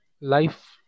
Life